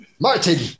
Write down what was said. Martin